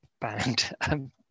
band